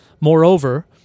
Moreover